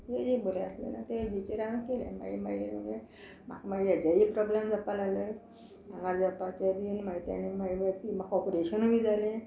ते एक बरें आसलेलें ते एजिचेर हांवें केलें मागीर मागीर म्हाका मागीर हेजे प्रोब्लेम जावपा लागले आंगार जावपाचे बीन मागीर ताणे म्हाका ऑपरेशनूय बी जाले